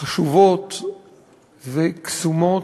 חשובות וקסומות,